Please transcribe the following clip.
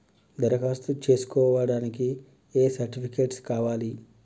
దరఖాస్తు చేస్కోవడానికి ఏ సర్టిఫికేట్స్ కావాలి?